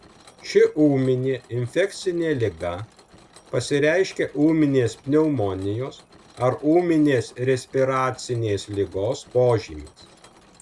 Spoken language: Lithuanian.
ši ūminė infekcinė liga pasireiškia ūminės pneumonijos ar ūminės respiracinės ligos požymiais